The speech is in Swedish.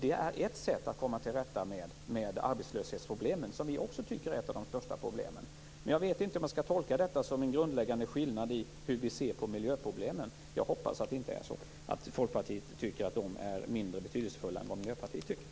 Det är ett sätt att komma till rätta med arbetslöshetsproblemet, som vi också tycker är ett av de största problemen. Men jag vet inte om jag skall tolka detta som en grundläggande skillnad i hur vi ser på miljöproblemen. Jag hoppas att det inte är på det sättet att Folkpartiet tycker att miljöproblemen är mindre betydelsefulla än vad Miljöpartiet tycker.